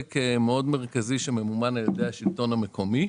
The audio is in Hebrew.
מאוד מרכזי שממומן על ידי השלטון המקומי.